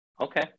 Okay